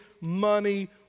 money